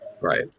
Right